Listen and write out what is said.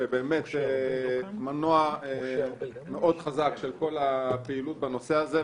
שהיא באמת מנוע מאוד חזק של כל בפעילות בנושא הזה,